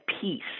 peace